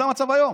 זה המצב היום,